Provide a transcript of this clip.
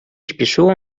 spieszyło